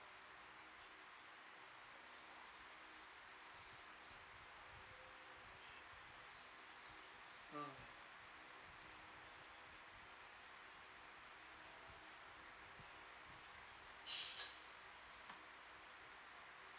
mm